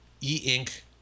e-ink